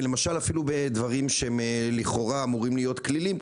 ולמשל אפילו בדברים שהם לכאורה אמורים להיות קלילים,